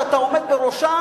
שאתה עומד בראשה,